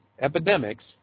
epidemics